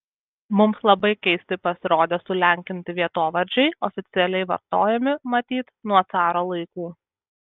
mums labai keisti pasirodė sulenkinti vietovardžiai oficialiai vartojami matyt nuo caro laikų